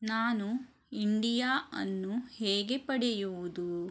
ನಾನು ಇಂಡಿಯಾ ಅನ್ನು ಹೇಗೆ ಪಡೆಯುವುದು